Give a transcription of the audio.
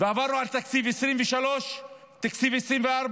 ועברנו על תקציב 2023, תקציב 2024,